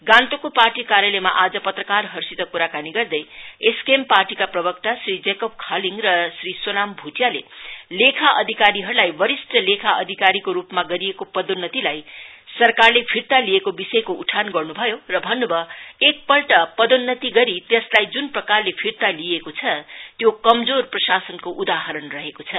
गान्तोकको पार्टी कार्यालयमा आज पत्रकारहरुसित कुराकानी गदै एसकेएम पार्टीका प्रवक्ता श्री जोकोब खालिह र श्री सोनाम भुटियाले लेखा अधिकारीहरुलाई वरिष्ठ लेखा अधिकारीको रुपमा गरिएको पदोन्नतिलाई सरकारले फिर्ता लिएको विषयको उठान गर्नभयो र भन्नुभयो एकपल्ट पदोन्नति गरी त्यसलाई जुन प्रकारले फिर्ता लिइएको छ त्यो कमजोर प्रशासनको उदाहरण रहेको छ